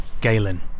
Galen